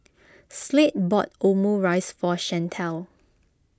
Slade bought Omurice for Shantell